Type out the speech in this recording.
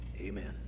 amen